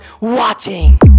watching